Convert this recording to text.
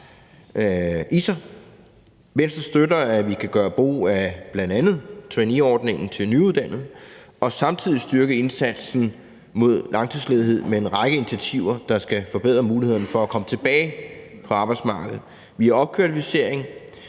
sig. Venstre støtter, at vi kan gøre brug af bl.a. traineeordningen til nyuddannede og samtidig styrke indsatsen mod langtidsledighed med en række initiativer, der skal forbedre mulighederne for at komme tilbage på arbejdsmarkedet via opkvalificering